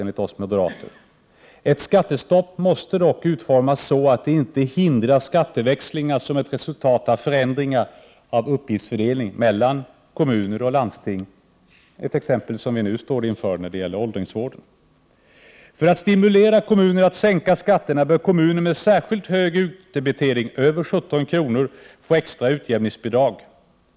Ett skattestopp måste dock utformas så, att det inte hindrar skatteväxlingar som ett resultat av förändringar av uppgiftsfördelningen mellan kommuner och landsting — ett exempel som vi nu står inför när det gäller åldringsvården. För att stimulera kommuner att sänka skatterna bör kommuner med särskilt hög utdebitering, över 17 kr., få extra utjämningsbidrag.